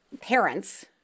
parents